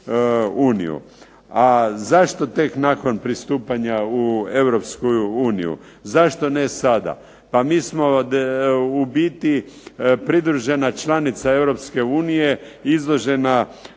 A zašto tek nakon pristupanja u Europsku uniju? Zašto ne sada? Pa mi smo u biti pridružena članica Europske